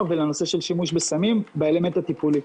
ולנושא של שימוש בסמים באלמנט הטיפולי.